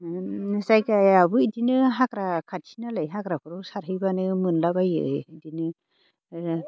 जायगायाबो बिदिनो हाग्रा खाथि नालाय हाग्राफोराव सारहैबानो मोनलाबायो बिदिनो